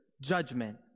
judgment